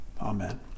Amen